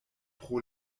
pro